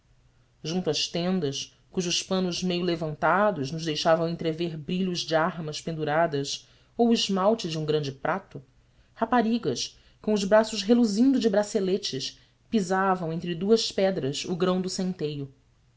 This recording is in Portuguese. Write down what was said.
junto às tendas cujos panos meio levantados nos deixavam entrever brilhos de armas penduradas ou o esmalte de um grande prato raparigas com os braços reluzindo de braceletes pisavam entre duas pedras o grão do centeio